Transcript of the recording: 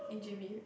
in J_B